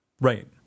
Right